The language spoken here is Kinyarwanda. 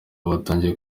batangiye